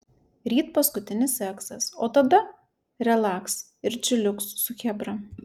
ryt paskutinis egzas o tada relaks ir čiliuks su chebra